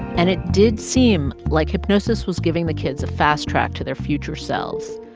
and it did seem like hypnosis was giving the kids a fast track to their future selves,